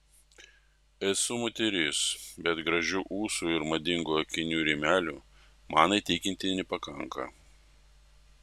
esu moteris bet gražių ūsų ir madingų akinių rėmelių man įtikinti nepakanka